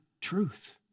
truth